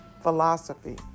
philosophy